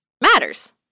matters